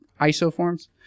isoforms